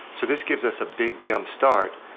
so this gives us a big jumpstart,